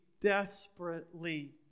desperately